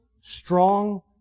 strong